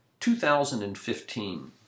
2015